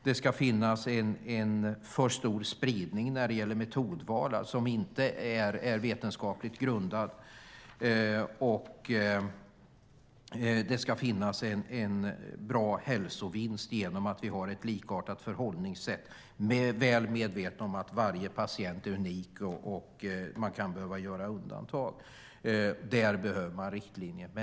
Det ska finnas en alltför stor spridning när det gäller metodval som inte är vetenskapligt grundad, och det ska finnas en bra hälsovinst genom att vi har ett likartat förhållningssätt även om vi är väl medvetna om att varje patient är unik och att man kan behöva göra undantag. Där behövs riktlinjer.